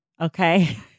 Okay